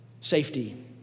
safety